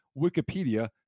Wikipedia